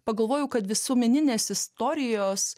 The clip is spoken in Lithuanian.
pagalvoju kad visuomeninės istorijos